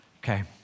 Okay